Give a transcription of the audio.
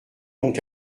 donc